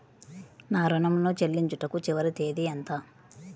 నా ఋణం ను చెల్లించుటకు చివరి తేదీ ఎంత?